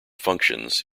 functions